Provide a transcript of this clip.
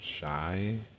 Shy